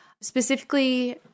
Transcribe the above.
specifically